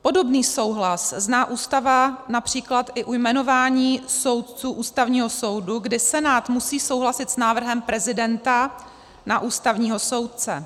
Podobný souhlas zná Ústava například i u jmenování soudců Ústavního soudu, kdy Senát musí souhlasit s návrhem prezidenta na ústavního soudce.